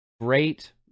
Great